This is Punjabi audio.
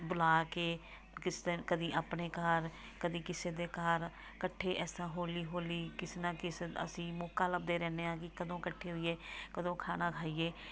ਬੁਲਾ ਕੇ ਕਿਸ ਦਿਨ ਕਦੀ ਆਪਣੇ ਘਰ ਕਦੀ ਕਿਸੇ ਦੇ ਘਰ ਇਕੱਠੇ ਇਸ ਤਰ੍ਹਾਂ ਹੌਲੀ ਹੌਲੀ ਕਿਸੇ ਨਾ ਕਿਸੇ ਅਸੀਂ ਮੌਕਾ ਲੱਭਦੇ ਰਹਿੰਦੇ ਹਾਂ ਕਿ ਕਦੋਂ ਇਕੱਠੇ ਹੋਈਏ ਕਦੋਂ ਖਾਣਾ ਖਾਈਏ